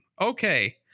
okay